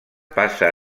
passa